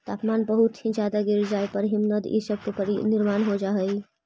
तापमान बहुत ही ज्यादा गिर जाए पर हिमनद इ सब के निर्माण हो जा हई